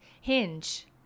Hinge